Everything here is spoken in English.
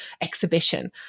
exhibition